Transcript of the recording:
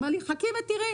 הוא אומר לי: חכי ותראי,